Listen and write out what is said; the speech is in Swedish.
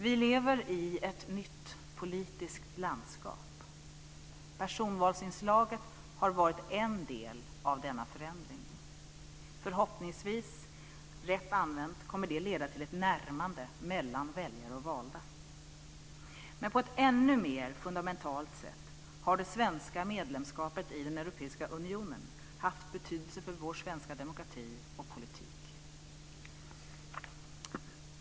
Vi lever i ett nytt politiskt landskap. Personvalsinslaget har varit en del av denna förändring. Förhoppningsvis kommer det, rätt använt, att leda till ett närmande mellan väljare och valda. Men på ett ännu mer fundamentalt sätt har det svenska medlemskapet i Europeiska unionen haft betydelse för vår svenska demokrati och politik.